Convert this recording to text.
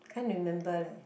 can't remember leh